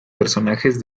personajes